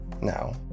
now